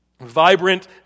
Vibrant